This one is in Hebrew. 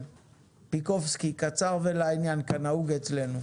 קצר ולעניין, כנהוג אצלנו.